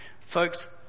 Folks